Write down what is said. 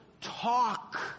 talk